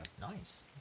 Nice